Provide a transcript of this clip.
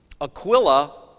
Aquila